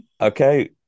Okay